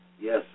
Yes